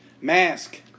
Mask